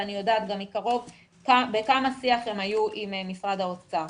ואני יודעת גם מקרוב כמה שיח היה להם עם משרד האוצר.